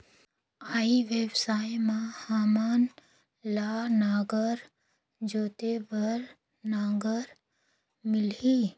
ई व्यवसाय मां हामन ला नागर जोते बार नागर मिलही?